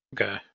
Okay